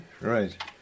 right